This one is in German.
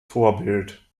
vorbild